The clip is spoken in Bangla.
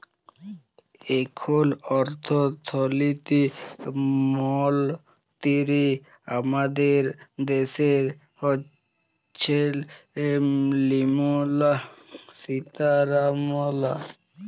এখল অথ্থলিতি মলতিরি আমাদের দ্যাশের হচ্ছেল লির্মলা সীতারামাল